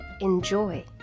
enjoy